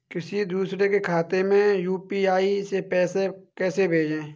किसी दूसरे के खाते में यू.पी.आई से पैसा कैसे भेजें?